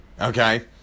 Okay